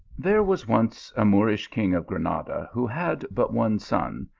there was once a moorish king of granada who had but one son,